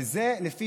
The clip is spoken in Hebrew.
וזה לפי